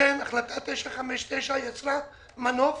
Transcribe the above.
החלטה 959 יצרה מנוף